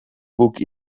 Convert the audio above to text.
guk